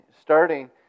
starting